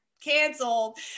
Canceled